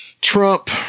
Trump –